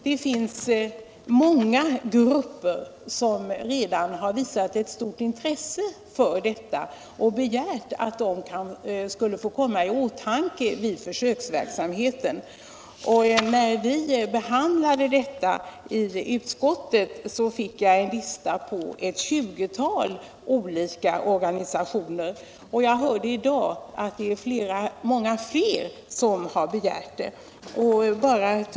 Det finns många grupper som redan har visat ett stort intresse för närradio och begärt att få komma i åtanke vid försöksverksamheten. När vi behandlade frågan i utskottet fick jag en lista på ett 20-tal olika organisationer, och jag hörde i dag att det är många fler som har begärt att få delta.